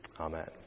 Amen